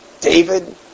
David